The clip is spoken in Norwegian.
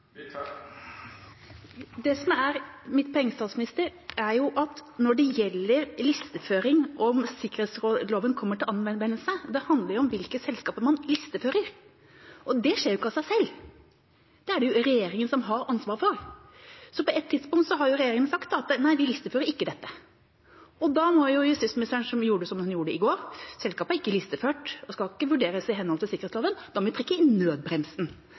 Det som er mitt poeng til statsministeren, er at når det gjelder listeføring og om sikkerhetsloven kommer til anvendelse, handler det om hvilke selskaper man listefører, og det skjer jo ikke av seg selv. Det er det regjeringa som har ansvar for. På et tidspunkt har regjeringa sagt at nei, vi listefører ikke dette, og da må jo justisministeren, som gjorde som hun gjorde i går – selskapet er ikke listeført og skal ikke vurderes i henhold til sikkerhetsloven – trekke i nødbremsen.